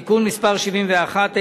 (תיקון מס' 71),